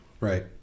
Right